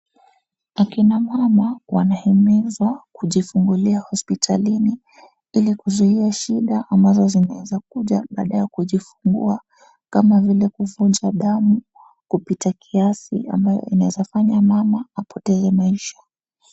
Akina mama wanahimizwa kujifunguli hospitalini ili kuzuia shida ambazo zinaeza kuja baada ya kujifungua kama kufuja damu kupita kiasi ambayo inaeza fanya mama apoteze maisha.